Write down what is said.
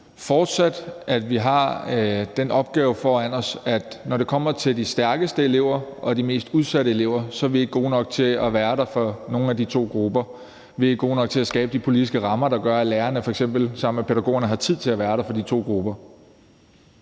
fortsat, at vi har en opgave foran os, for når det kommer til de stærkeste elever og de mest udsatte elever, er vi ikke gode nok til at være der for nogen af de to grupper. Vi er ikke gode nok til at skabe de politiske rammer, der gør, at lærerne f.eks. sammen med pædagogerne har tid til at være der for de to grupper.